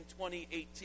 2018